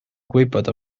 gwybod